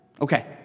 Okay